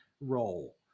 role